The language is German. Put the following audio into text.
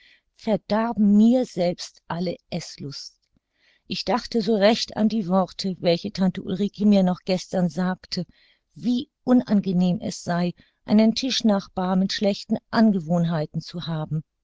verdarben mir selbst alle eßlust ich dachte so recht an die worte welche tante ulrike mir noch gestern sagte wie unangenehm es sei einen tischnachbar mit schlechten angewohnheiten zu haben